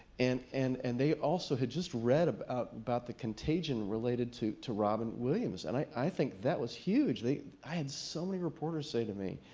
and and and they also had just read about about the contagion related to to robin williams. and i think that was huge. they i had so many reporters say to me,